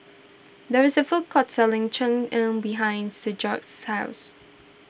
there is a food court selling Cheng Tng behind Sigurd's house